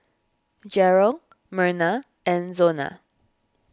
Jerrel Merna and Zona